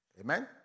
Amen